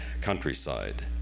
countryside